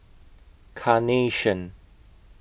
Carnation